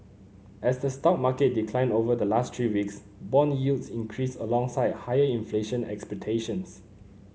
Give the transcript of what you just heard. as the stock market declined over the last three weeks bond yields increased alongside higher inflation expectations